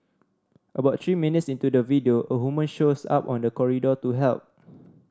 about three minutes into the video a woman shows up on the corridor to help